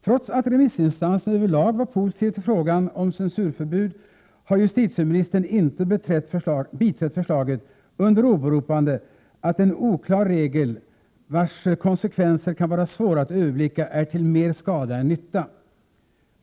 Trots att remissinstanserna överlag var positiva till frågan om censurförbud, har justitieministern inte biträtt förslaget under åberopande att en oklar regel vars konsekvenser kan vara svåra att överblicka är till mer skada än nytta.